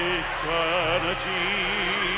eternity